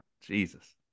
jesus